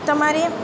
તમારે